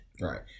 Right